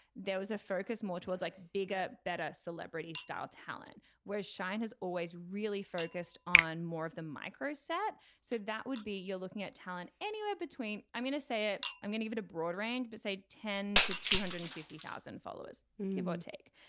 there was a focus more towards like bigger better celebrity style talent where shine has always really focused on more of the micro set. so that would be you're looking at talent anywhere between i'm gonna say it. i'm gonna give it a broad range but say ten to two hundred and fifty thousand followers give or take.